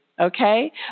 Okay